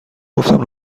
گفتم